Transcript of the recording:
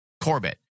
Corbett